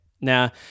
now